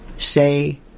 Say